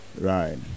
Right